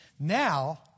Now